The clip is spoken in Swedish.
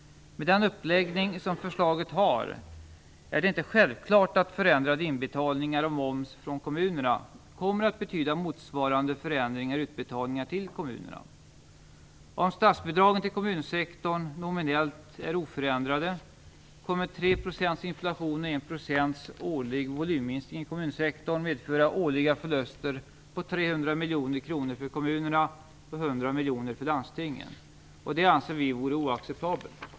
Med den uppläggning som förslaget har är det inte självklart att förändrade inbetalningar av moms från kommunerna kommer att betyda motsvarande förändringar i utbetalningar till kommunerna. Om statsbidragen till kommunsektorn är nominellt oförändrade kommer en inflation på 3 % och en årlig volymminskning på 1 % i kommunsektorn att medföra årliga förluster på 300 miljoner kronor för kommunerna och 100 miljoner för landstingen. Det anser vi vore oacceptabelt.